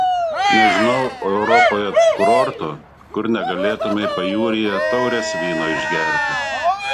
nežinau europoje kurorto kur negalėtumei pajūryje taurės vyno išgerti